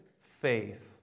faith